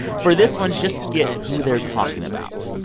for this one, just get who they're talking about,